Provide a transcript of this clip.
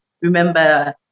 remember